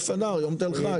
י"א אדר, יום תל חי.